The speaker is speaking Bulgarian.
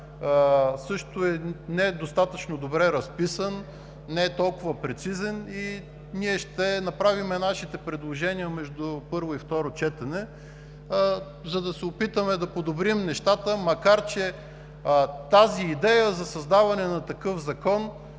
също е недостатъчно добре разписан, не е толкова прецизен. Ние ще направим нашите предложения между първо и второ четене, за да се опитаме да подобрим нещата, макар че тази идея за създаване на такъв закон